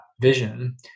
vision